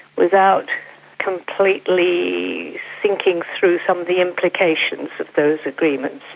without completely thinking through some of the implications of those agreements.